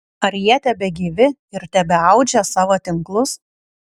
ar jie tebegyvi ir tebeaudžia savo tinklus